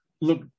look